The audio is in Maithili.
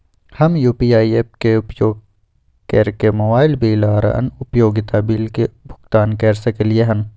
हम यू.पी.आई ऐप्स के उपयोग कैरके मोबाइल बिल आर अन्य उपयोगिता बिल के भुगतान कैर सकलिये हन